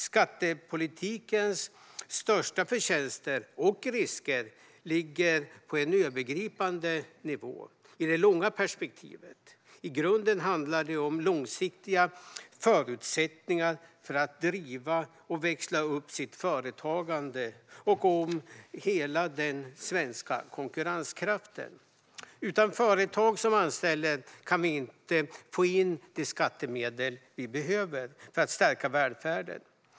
Skattepolitikens största förtjänster och risker ligger på en övergripande nivå i det långa perspektivet. I grunden handlar det om långsiktiga förutsättningar för att driva och växla upp företagandet och om hela den svenska konkurrenskraften. Utan företag som anställer kan vi inte få in de skattemedel vi behöver för att stärka välfärden.